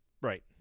Right